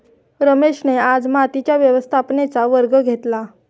रमेशने आज मातीच्या व्यवस्थापनेचा वर्ग घेतला